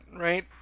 right